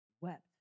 wept